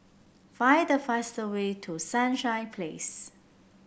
find the fastest way to Sunshine Place